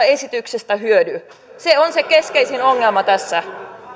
esityksestä hyödy se on se keskeisin ongelma tässä